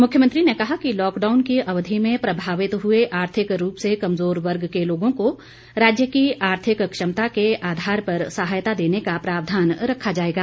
मुख्यमंत्री ने कहा कि लॉकडाउन की अवधि में प्रभावित हुए आर्थिक रूप से कमजोर वर्ग के लोगों को राज्य की आर्थिक क्षमता के आधार पर सहायता देने का प्रावधान रखा जाएगा